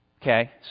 okay